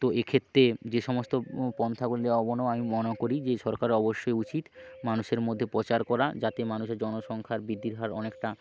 তো এক্ষেত্রে যে সমস্ত পন্থাগুলি দেওয়া অবনো আমি মনে করি যে সরকারের অবশ্যই উচিত মানুষের মধ্যে প্রচার করা যাতে মানুষের জনসংখ্যার বৃদ্ধির হার অনেকটা